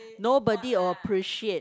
nobody or appreciate